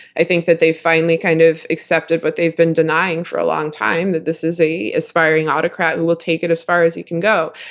i think that they finally kind of accepted what they've been denying for a long time, that this is an aspiring autocrat who will take it as far as he can go.